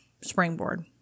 springboard